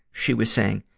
she was saying,